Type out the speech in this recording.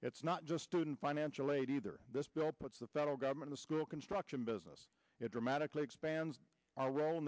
it's not just good in financial aid either this bill puts the federal government the school construction business it dramatically expands our role